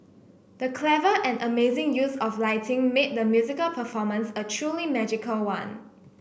the clever and amazing use of lighting made the musical performance a truly magical one